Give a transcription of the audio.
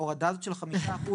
דרך-אגב, ההורדה של 5%